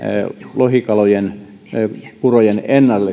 lohikalojen purojen